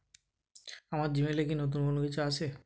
আমার জিমেলে কি নতুন অন্য কিছু আছে